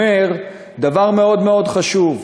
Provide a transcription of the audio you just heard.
אומר דבר מאוד מאוד חשוב.